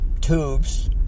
tubes